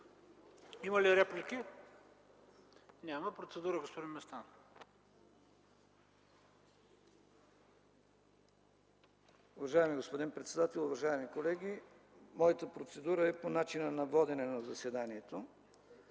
Има ли реплики? Няма. За процедура – господин Местан. ЛЮТВИ МЕСТАН (ДПС): Уважаеми господин председател, уважаеми колеги! Моята процедура е по начина на водене на заседанието.